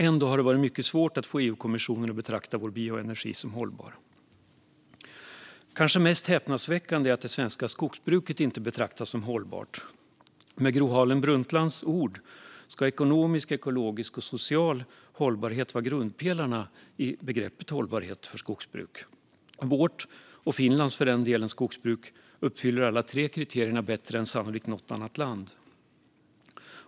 Ändå har det varit mycket svårt att få EU-kommissionen att betrakta vår bioenergi som hållbar. Det kanske mest häpnadsväckande är att det svenska skogsbruket inte betraktas som hållbart. Med Gro Harlem Brundtlands ord ska ekonomisk, ekologisk och social hållbarhet vara grundpelarna i begreppet hållbarhet för skogsbruket. Vårt, och för den delen även Finlands, skogsbruk uppfyller sannolikt alla de tre kriterierna bättre än något annat lands.